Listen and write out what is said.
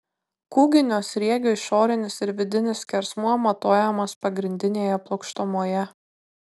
kūginio sriegio išorinis ir vidinis skersmuo matuojamas pagrindinėje plokštumoje